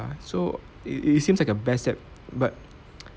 so it it seems like a best app but